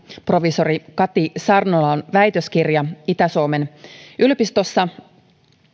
proviisori kati sarnolan väitöskirja itä suomen yliopistossa